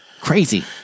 crazy